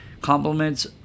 compliments